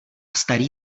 starý